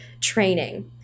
training